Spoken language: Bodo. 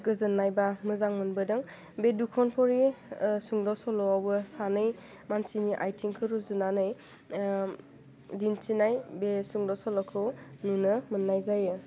गोजोन्नाय बा मोजां मोनबोदों बे दुखन भरि सुंद' सल'आवबो सानै मानसिनि आइथिंखौ रुजुनानै दिन्थिनाय बे सुंद' सल'खौ बिदिनो मोन्नाय जायो